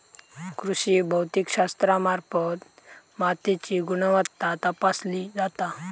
कृषी भौतिकशास्त्रामार्फत मातीची गुणवत्ता तपासली जाता